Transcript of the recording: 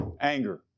Anger